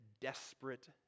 desperate